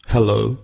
Hello